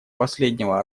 последнего